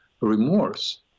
remorse